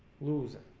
losing